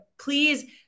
please-